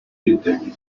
detect